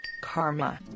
karma